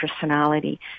personality